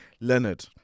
Leonard